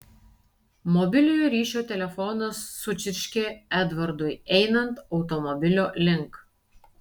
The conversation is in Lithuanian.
mobiliojo ryšio telefonas sučirškė edvardui einant automobilio link